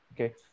Okay